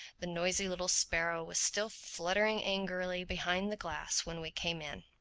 the noisy little sparrow was still fluttering angrily behind the glass when we came in.